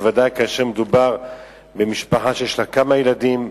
בוודאי כאשר מדובר במשפחה שיש לה כמה ילדים.